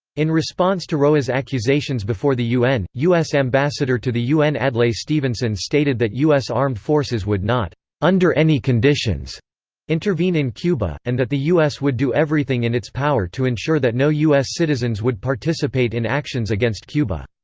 in response to roa's accusations before the un, us ambassador to the un adlai stevenson stated that us armed forces would not under any conditions intervene in cuba, and that the us would do everything in its power to ensure that no us citizens would participate in actions against cuba.